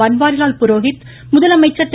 பன்வாரிலால் புரோஹித் முதலமைச்சர் திரு